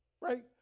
right